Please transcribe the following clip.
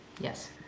Yes